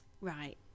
Right